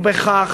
הוא בכך